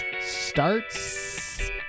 starts